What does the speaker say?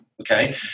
Okay